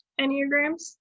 Enneagrams